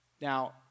Now